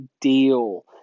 Deal